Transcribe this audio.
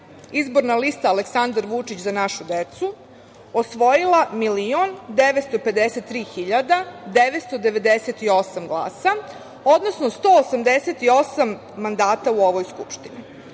izborna lista „Aleksandar Vučić – Za našu decu“ osvojila milion 953 hiljada 998 glasa, odnosno 188 mandata u ovoj Skupštini.